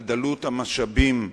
על דלות המשאבים הטבעיים,